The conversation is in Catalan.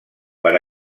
per